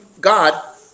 God